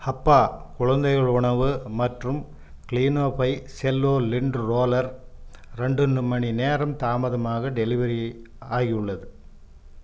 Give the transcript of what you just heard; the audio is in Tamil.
ஹப்பா குழந்தைகள் உணவு மற்றும் Kleeno by Cello lint roller ரெண்டு மணிநேரம் தாமதமாக டெலிவரி ஆகி உள்ளது